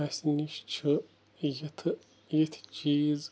اَسہِ نِش چھِ یِتھٕ یِتھۍ چیٖز